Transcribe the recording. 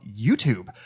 YouTube